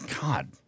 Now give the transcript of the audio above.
God